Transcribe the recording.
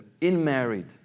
in-married